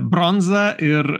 bronzą ir